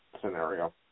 scenario